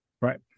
Right